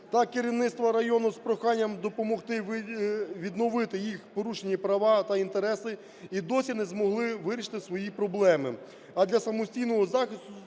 та керівництва району з проханням допомогти відновити їх порушені права та інтереси, і досі не змогли вирішити свої проблеми. А для самостійного захисту